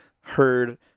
heard